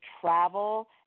travel